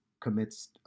commits